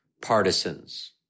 partisans